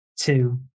two